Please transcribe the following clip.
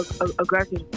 aggressive